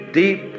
deep